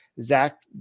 Zach